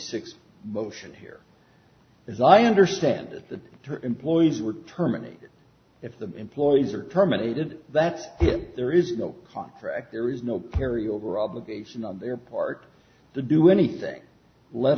six motion here as i understand it the employees were terminated if the employees are terminated that's if there is no contract there is no carry over obligation on their part to do anything let